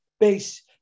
base